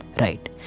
right